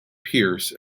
pearce